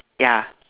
ya